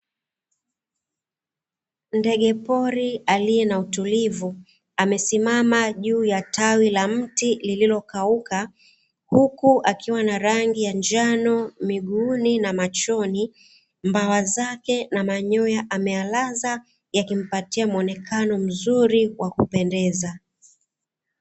Ndege pori alie na utulivu amesimama juu ya tawi la mti lililokauka, huku akiwa na rangi ya njano miguuni na machoni, mbawa zake na manyoya ameyalaza yakimpatia muonekano mzuri wakupendeza.